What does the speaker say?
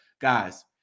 Guys